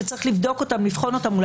שצריך לבחון אותן.